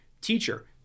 teacher